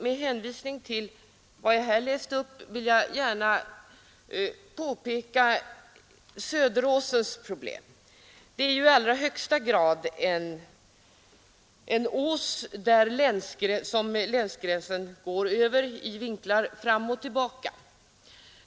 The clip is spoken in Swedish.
Med hänvisning till vad jag här refererat vill jag peka på Söderåsens problem. Det är ju en ås, som skärs högst oregelbundet av länsgränsen i vinklar fram och tillbaka.